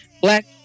Black